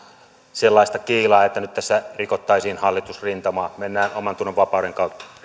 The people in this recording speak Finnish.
sellaista kiilaa että nyt tässä rikottaisiin hallitusrintamaa mennään omantunnonvapauden kautta